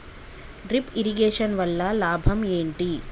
Drip irrigation వల్ల లాభం ఏంటి?